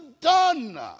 done